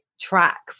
track